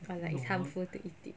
but like it's harmful to eat it yes